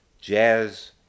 jazz